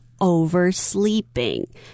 oversleeping